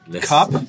cup